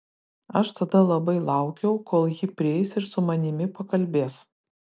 aš tada labai laukiau kol ji prieis ir su manimi pakalbės